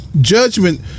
judgment